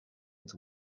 its